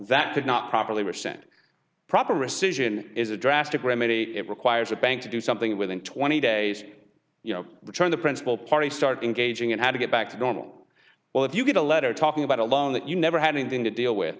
did not properly were sent proper rescission is a drastic remedy it requires a bank to do something within twenty days you know return the principal party start engaging in how to get back to normal well if you get a letter talking about a loan that you never had anything to deal with